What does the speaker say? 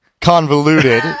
convoluted